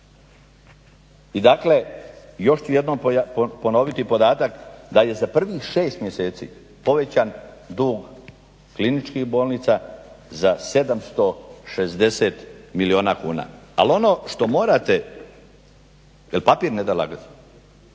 I dakle, još ću jednom ponoviti podatak da je za prvih 6 mjeseci povećan dug kliničkih bolnica za 760 milijuna kuna. Ali ono što morate, jer papir ne da lagat.